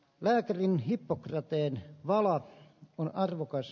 lääkärin hippokrateen vala on arvokas